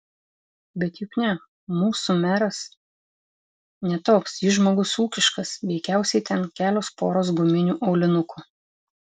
bet juk ne mūsų meras ne toks jis žmogus ūkiškas veikiausiai ten kelios poros guminių aulinukų